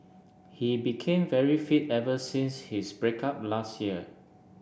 he became very fit ever since his break up last year